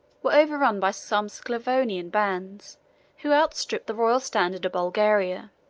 were overrun by some sclavonian bands who outstripped the royal standard of bulgaria.